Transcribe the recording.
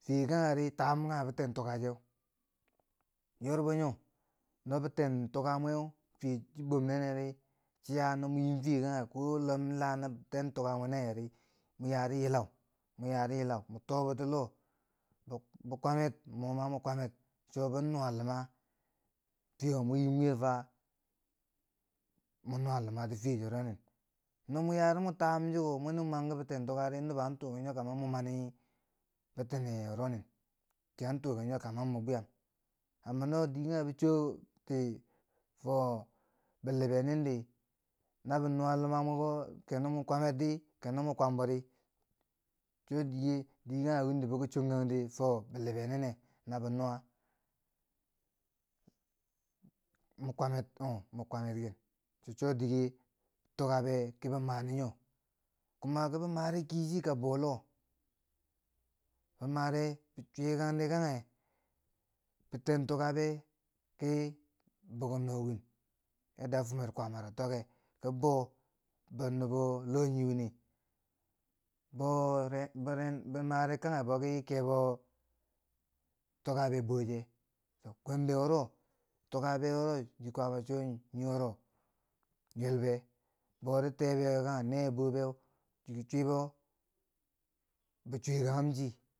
Fiye kangheri tabum kangha biten tukaceu, yorbo nyo, no biten tuka mweu, fiye chi boom neneri chiya no mo yiim fiye kangha ko lumi la biten tuka mwe na ye ri, mo ya ri yilau, mo yaa ri yilau, mun too boti loh, b- bikwamer, mo ma mo kwamer cho bo nuwa luma fiye wo mo yiim wiye fa mo nuwa lumati fiye chiro nin. No mo yaari mo tabum chiko muni man kibi ten tukari nobo a tunen mo mani fo bitene wuro nin, chiyan tuken yo ta mon mun bwiyam, amma no diyekanghe bi choti fo bilibe nin di nabi nuwa luma mweko kenno mo kwamerdi kenno mo kwambo ri cho diye dikanghe windi biki chuwongkan de fo bilibe nine na bi nuwa mu kwamer oh mun kwamer gen, dike cho dike tukabe ki bi mani nyo, kuma kibi mare ka kishi ka boh loh, bi mare, bi chwyekangde kangha biten tukabe ki biki no win, yadda bifumer kwaamaro tokke, ki boo bon nubo loyi winne, boo beren, bo mare kangha boki kebo tukabe boh ce, dumbo wuro tukabe wuro dii kwaama cho nii wuro boh be, bori tee kangha nee be boh beu bi chwyekanghum chi.